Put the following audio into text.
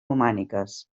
romàniques